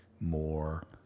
more